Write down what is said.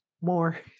more